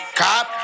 cop